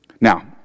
Now